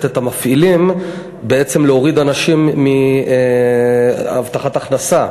את המפעילים בעצם להוריד אנשים מהבטחת הכנסה,